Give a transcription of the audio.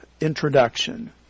introduction